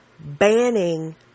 banning